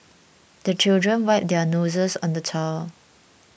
the children wipe their noses on the towel